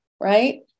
right